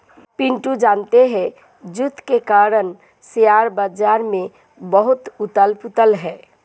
पिंटू जानते हो युद्ध के कारण शेयर बाजार में बहुत उथल पुथल है